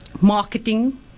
marketing